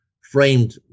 framed